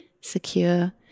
secure